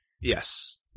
Yes